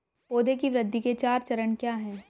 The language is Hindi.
पौधे की वृद्धि के चार चरण क्या हैं?